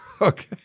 Okay